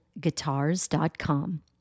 guitars.com